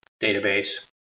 database